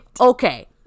Okay